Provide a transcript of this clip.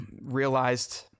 realized